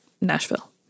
Nashville